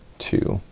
two,